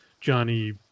Johnny